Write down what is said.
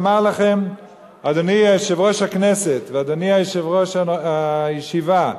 אדוני יושב-ראש הכנסת ואדוני יושב-ראש הישיבה,